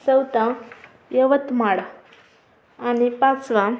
चौथा यवतमाळ आणि पाचवा